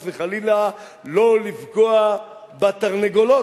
שחס וחלילה לא לפגוע בתרנגולות,